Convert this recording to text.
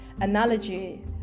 analogy